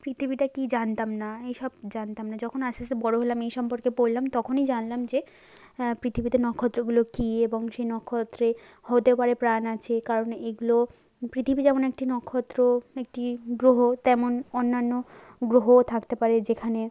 পৃৃথিবীটা কী জানতাম না এই সব জানতাম না যখন আস্তে আস্তে বড়ো হলাম এই সম্পর্কে পড়লাম তখনই জানলাম যে পৃথিবীতে নক্ষত্রগুলো কী এবং সেই নক্ষত্রে হতেও পারে প্রাণ আছে কারণ এইগুলো পৃথিবী যেমন একটি নক্ষত্র একটি গ্রহ তেমন অন্যান্য গ্রহও থাকতে পারে যেখানে